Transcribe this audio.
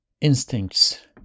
instincts